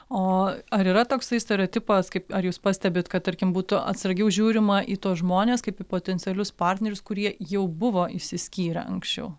o ar yra toksai stereotipas kaip ar jūs pastebit kad tarkim būtų atsargiau žiūrima į tuos žmones kaip į potencialius partnerius kurie jau buvo išsiskyrę anksčiau